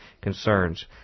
concerns